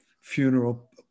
funeral